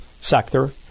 sector